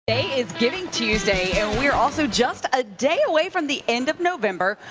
today is giving tuesday. and we're also just a day away from the end of november.